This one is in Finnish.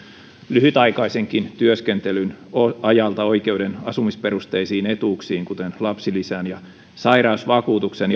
lyhytaikaisenkin työskentelyn ajalta oikeuden asumisperusteisiin etuuksiin kuten lapsilisään ja sairausvakuutukseen